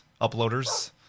uploaders